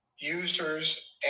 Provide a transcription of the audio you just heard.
users